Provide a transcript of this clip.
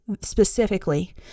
specifically